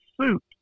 suit